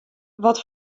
wat